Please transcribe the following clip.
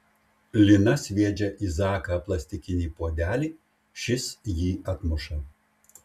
lina sviedžia į zaką plastikinį puodelį šis jį atmuša